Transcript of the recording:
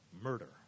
murder